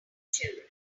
children